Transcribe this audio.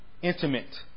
Intimate